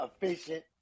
efficient